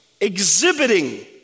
Exhibiting